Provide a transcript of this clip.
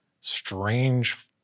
strange